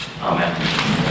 Amen